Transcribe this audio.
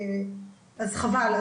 אז חבל.